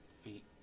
feet